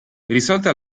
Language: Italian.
risolta